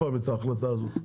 ההחלטה הזו,